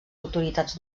autoritats